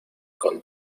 con